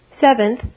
Seventh